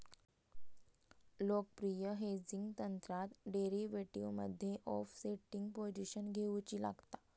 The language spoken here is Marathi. लोकप्रिय हेजिंग तंत्रात डेरीवेटीवमध्ये ओफसेटिंग पोझिशन घेउची लागता